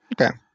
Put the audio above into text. Okay